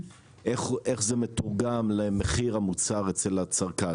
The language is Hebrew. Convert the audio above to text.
איך זה מתורגם למחיר המוצר אצל הצרכן?